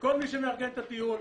שכל מי שמארגן את הטיול,